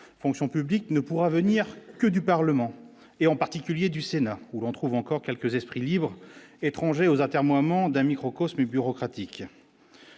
fonction publique ne pourra venir que du parlement et en particulier du Sénat, où l'on trouve encore quelques esprits libres étranger aux atermoiements d'un microcosme bureaucratique.